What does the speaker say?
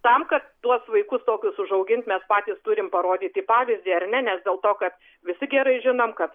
tam kad tuos vaikus tokius užaugint mes patys turim parodyti pavyzdį ar ne nes dėl to kad visi gerai žinom kad